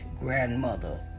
grandmother